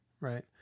right